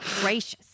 gracious